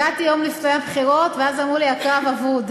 הגעתי יום לפני הבחירות, ואז אמרו לי: הקרב אבוד.